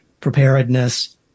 preparedness